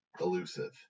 elusive